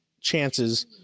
chances